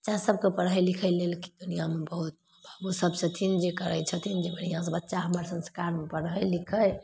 बच्चासभकेँ पढ़ै लिखै लेल कि दुनिआमे बहुत बाबूसब छथिन जे करै छथिन जे बढ़िआँसे बच्चा हमर संस्कारमे पढ़ै लिखै